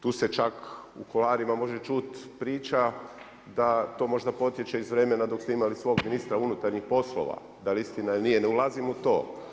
Tu se čak u kolarima može čuti priča, da to možda potječe iz vremena dok ste imali svog ministra unutarnjih poslova, dal je istina ili nije, ne ulazim u to.